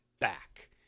back